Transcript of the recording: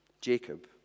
Jacob